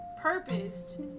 purposed